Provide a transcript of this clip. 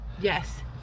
Yes